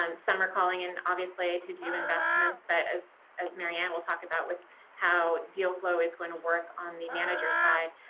um some are calling in obviously to do investments. but as as marianne will talk about with how deal flow is going to work on manager side,